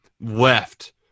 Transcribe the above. left